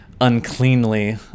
uncleanly